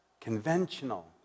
conventional